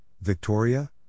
Victoria